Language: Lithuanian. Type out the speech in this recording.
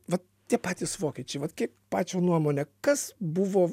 vat tie patys vokiečiai vat kaip pačio nuomone kas buvo